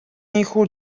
ийнхүү